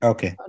Okay